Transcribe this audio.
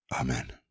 Amen